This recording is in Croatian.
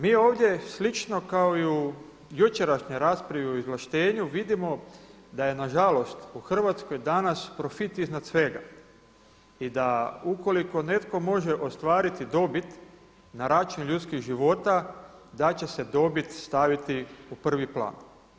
Mi ovdje slično kao i u jučerašnjoj raspravi o izvlaštenju vidimo da je na žalost u Hrvatskoj danas profit iznad svega i da ukoliko netko može ostvariti dobit na račun ljudskih života da će se dobit staviti u prvi plan.